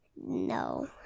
No